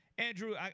Andrew